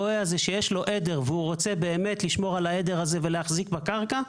הרועה שיש לו עדר ורוצה באמת לשמור על העדר ולהחזיק בקרקע,